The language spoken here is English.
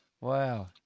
Wow